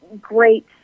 great